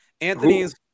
Anthony's